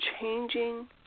changing